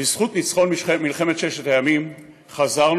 בזכות ניצחון מלחמת ששת הימים חזרנו